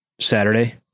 Saturday